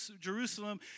Jerusalem